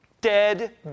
dead